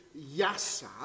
yasab